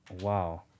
Wow